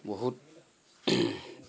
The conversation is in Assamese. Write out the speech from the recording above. বহুত